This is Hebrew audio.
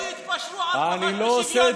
לא יתפשרו על פחות משוויון.